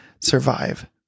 survive